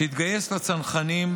שהתגייס לצנחנים,